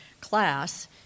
class